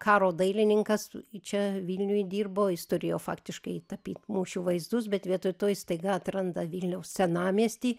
karo dailininkas čia vilniuj dirbo jis turėjo faktiškai tapyt mūšių vaizdus bet vietoj to jis staiga atranda vilniaus senamiestį